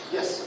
Yes